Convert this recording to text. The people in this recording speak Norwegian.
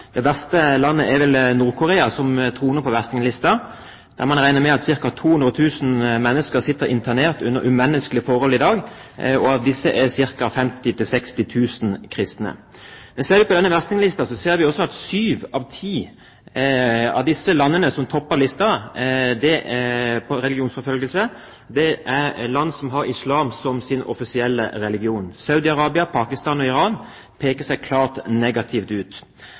Det verste landet er vel Nord-Korea, som troner på verstinglisten. Der regner man med at ca. 200 000 mennesker sitter internert under umenneskelige forhold i dag, og av disse er ca. 50 000–60 000 kristne. Når vi ser på denne verstinglisten, ser vi at syv av ti av de landene som topper listen for religionsforfølgelse, er land som har islam som sin offisielle religion. SaudiArabia, Pakistan og Iran peker seg klart negativt ut.